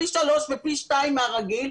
פי שלושה ופי שניים מהרגיל,